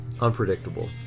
Unpredictable